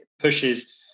pushes